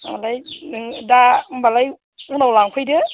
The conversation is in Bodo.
ओमफ्राय नों दा होमबालाय उनाव लांफैदो